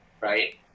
Right